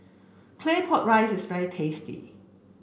Claypot Rice is very tasty